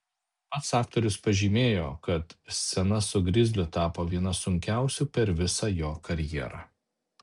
pats aktorius pažymėjo kad scena su grizliu tapo viena sunkiausių per visą jo karjerą